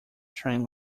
train